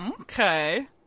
Okay